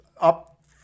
up